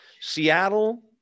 Seattle